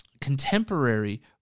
contemporary